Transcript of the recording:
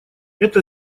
это